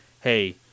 hey